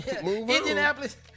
Indianapolis